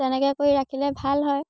তেনেকে কৰি ৰাখিলে ভাল হয়